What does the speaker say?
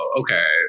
okay